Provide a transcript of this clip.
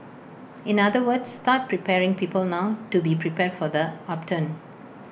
in other words start preparing people now to be prepared for the upturn